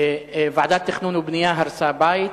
ועדת תכנון ובנייה הרסה בית,